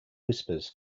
whispers